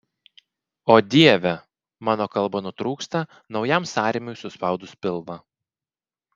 o dieve mano kalba nutrūksta naujam sąrėmiui suspaudus pilvą